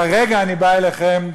כרגע אני בא אליכם,